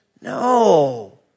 no